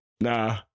Nah